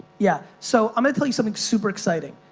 yeah, so i'm gonna tell you something super exciting.